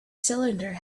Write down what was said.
cylinder